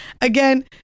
Again